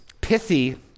Pithy